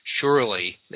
surely